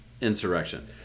insurrection